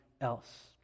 else